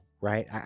right